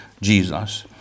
Jesus